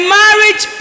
marriage